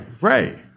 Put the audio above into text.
Right